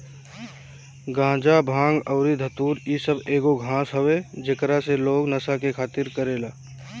गाजा, भांग अउरी धतूर इ सब एगो घास हवे जेकरा से लोग नशा के खातिर करेले